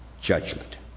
judgment